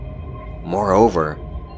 Moreover